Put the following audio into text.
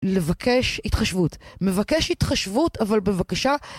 לבקש התחשבות, מבקש התחשבות אבל בבקשה